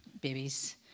babies